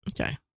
Okay